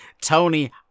Tony